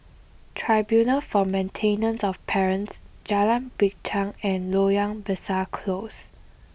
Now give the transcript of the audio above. Tribunal for Maintenance of Parents Jalan Binchang and Loyang Besar Close